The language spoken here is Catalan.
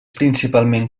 principalment